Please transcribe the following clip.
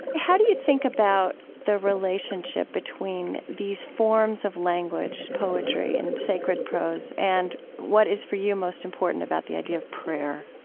how do you think about the relationship between these forms of language, poetry, and sacred prose? and what is, for you, most important about the idea of prayer?